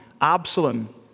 Absalom